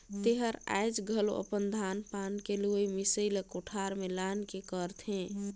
तेहर आयाज घलो अपन धान पान के लुवई मिसई ला कोठार में लान के करथे